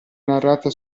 narrata